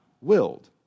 willed